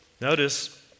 Notice